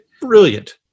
brilliant